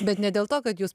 bet ne dėl to kad jūs